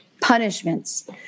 punishments